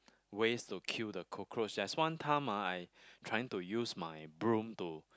ways to kill the cockroach that's one time ah I trying to use my broom to